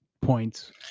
points